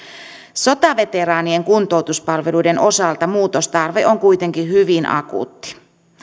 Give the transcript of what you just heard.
sotaveteraanien kuntoutuspalveluiden osalta muutostarve on kuitenkin hyvin akuutti